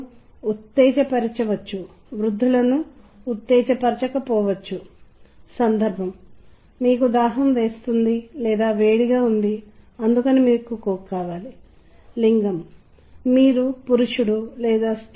సంగీతం రంగులకు కూడా అనుసంధానము చేయబడింది మరియు ఇది నేను మీతో త్వరగా పంచుకుంటాను